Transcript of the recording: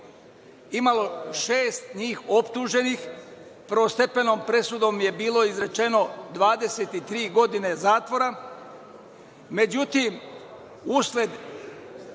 imala šest njih optuženih, prvostepenom presudom je bilo izrečeno 23 godine zatvora, međutim, usled